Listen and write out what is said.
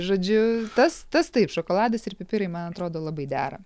žodžiu tas tas taip šokoladas ir pipirai man atrodo labai dera